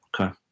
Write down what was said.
Okay